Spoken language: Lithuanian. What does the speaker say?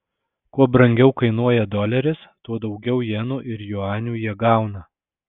kuo brangiau kainuoja doleris tuo daugiau jenų ir juanių jie gauna